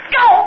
go